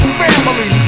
family